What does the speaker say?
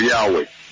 Yahweh